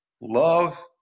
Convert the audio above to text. love